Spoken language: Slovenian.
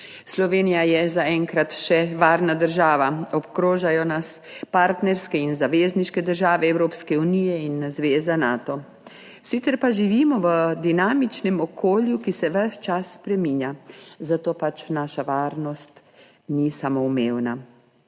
Slovenija je zaenkrat še varna država, obkrožajo nas partnerske in zavezniške države Evropske unije in zveze Nato. Sicer pa živimo v dinamičnem okolju, ki se ves čas spreminja, zato pač naša varnost ni samoumevna.